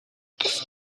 this